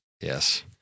Yes